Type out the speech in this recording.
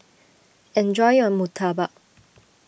enjoy your Murtabak